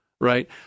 Right